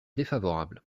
défavorable